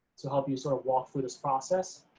to help you sort of walk through this process.